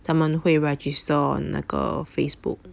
他们会 register on 那个 Facebook